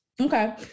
Okay